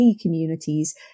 communities